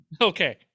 Okay